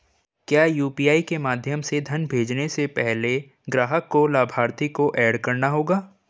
क्या यू.पी.आई के माध्यम से धन भेजने से पहले ग्राहक को लाभार्थी को एड करना होगा?